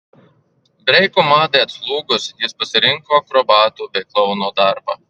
breiko madai atslūgus jis pasirinko akrobato bei klouno darbą